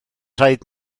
rhaid